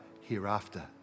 hereafter